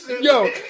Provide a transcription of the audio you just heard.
Yo